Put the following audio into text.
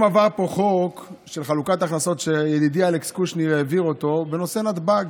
היום עבר פה חוק של חלוקת הכנסות שידידי אלכס קושניר העביר בנושא נתב"ג,